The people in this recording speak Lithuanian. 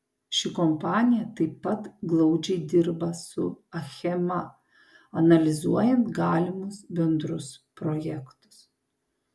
ši kompanija taip pat glaudžiai dirba su achema analizuojant galimus bendrus projektus